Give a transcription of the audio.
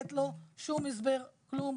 לתת לו שום הסבר, כלום.